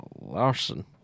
Larson